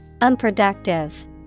Unproductive